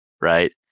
right